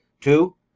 Two